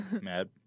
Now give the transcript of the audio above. mad